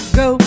go